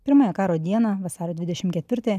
pirmąją karo dieną vasario dvidešim ketvirtąją